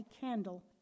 candle